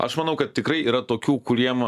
aš manau kad tikrai yra tokių kuriem